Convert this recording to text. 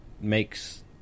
makes